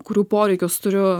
kurių poreikius turiu